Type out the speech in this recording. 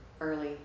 early